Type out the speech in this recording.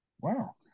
Wow